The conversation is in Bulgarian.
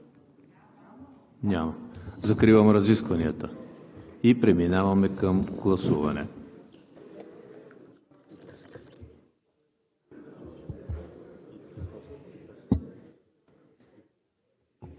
Няма. Закривам разискванията и преминаваме към гласуване.